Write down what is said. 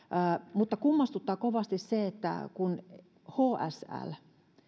mutta kummastuttaa kovasti se että kun hsl